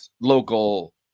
local